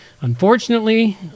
Unfortunately